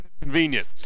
Convenient